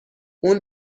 اون